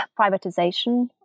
privatization